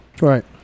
Right